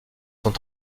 sont